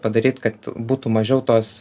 padaryt kad būtų mažiau tos